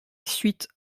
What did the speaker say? suite